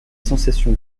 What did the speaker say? sensation